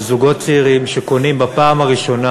על זוגות צעירים שקונים בפעם הראשונה